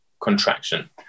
contraction